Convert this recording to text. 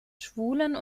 schwulen